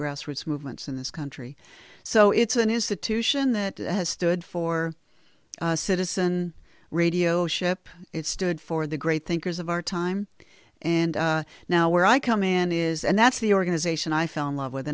grassroots movements in this country so it's an institution that has stood for citizen radio ship it stood for the great thinkers of our time and now where i come in is and that's the organization i fell in love with